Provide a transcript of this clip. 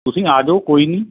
ਤੁਸੀਂ ਆ ਜੋ ਕੋਈ ਨਹੀਂ